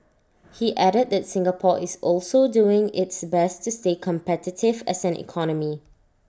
he added that Singapore is also doing its best to stay competitive as an economy